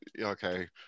okay